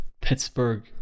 Pittsburgh